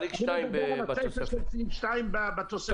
אני מדבר על הסיפא של סעיף 2 בתוספת.